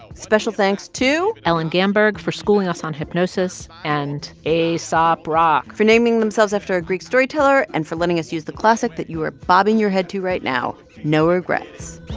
special thanks to. ellyn gamberg for schooling us on hypnosis and aesop rock for naming themselves after a greek storyteller and for letting us use the classic that you are bobbing your head to right now, no regrets.